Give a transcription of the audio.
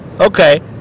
Okay